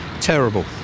terrible